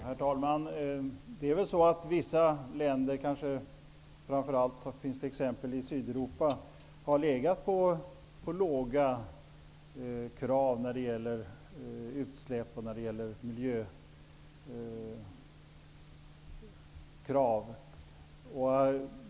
Herr talman! Det är väl så att vissa länder, framför allt i Sydeuropa, har haft låga krav när det gäller utsläpp och miljö.